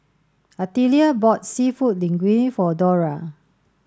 Artelia bought Seafood Linguine for Dora